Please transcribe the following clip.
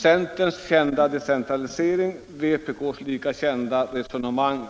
Centerns kända krav på decentralisering och vpk:s lika kända resonemang,